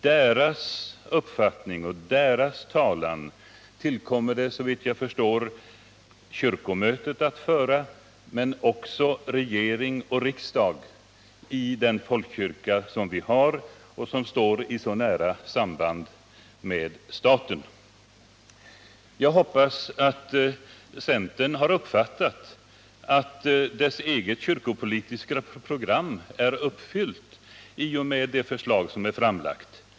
Deras talan tillkommer det, såvitt jag förstår, kyrkomötet att föra men också regering och riksdag i den folkkyrka som vi har och som står i ett mycket nära samband med staten. Jag hoppas att centern har uppfattat att dess eget kyrkopolitiska program nu är uppfyllt i och med det förslag som är framlagt.